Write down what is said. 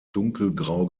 dunkelgrau